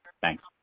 Thanks